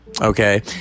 okay